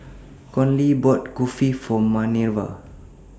Conley bought Kulfi For Manerva